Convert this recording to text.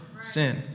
sin